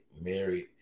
married